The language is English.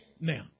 now